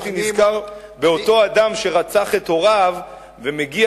הייתי נזכר באותו אדם שרצח את הוריו ומגיע